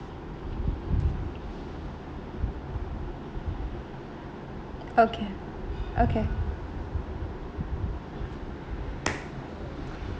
okay okay